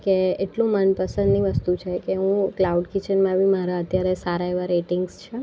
કે એટલું મનપસંદની વસ્તુ છે કે હું ક્લાઉડ કિચનમાં અત્યારે સારા એવા રેટિંગ્સ છે